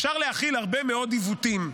אפשר להכיל הרבה מאוד עיוותים,